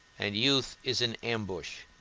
and youth is an ambush